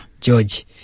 george